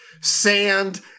sand